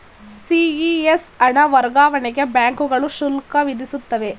CES ಹಣ ವರ್ಗಾವಣೆಗೆ ಬ್ಯಾಂಕುಗಳು ಶುಲ್ಕ ವಿಧಿಸುತ್ತವೆ